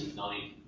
nine